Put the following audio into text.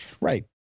Right